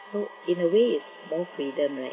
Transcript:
so in a way it's more freedom right